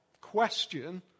question